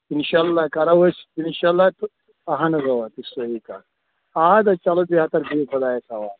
اِنشا اللہ کرو أسۍ اِشا اللہ تہٕ اَہن حظ اَوا سُہ چھِ صحیح کتھ اَدٕ حظ چلو بہتر بِہِو خۄدایس حوال